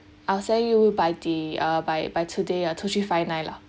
I'll send you by the uh by by today ah two three five nine lah